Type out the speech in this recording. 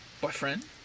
boyfriend